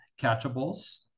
catchables